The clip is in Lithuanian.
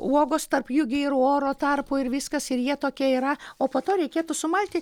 uogos tarp jų gi ir oro tarpų ir viskas ir jie tokie yra o po to reikėtų sumalti